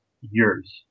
years